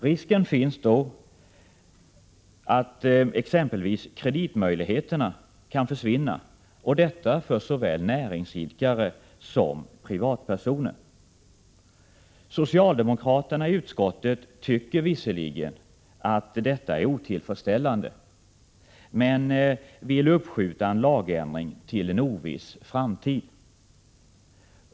Risken finns att exempelvis kreditmöjligheterna kan försvinna, såväl för näringsidkare som för privatpersoner. Socialdemokraterna i utskottet tycker visserligen att detta är otillfredsställande, men vill uppskjuta en lagändring till en oviss framtid.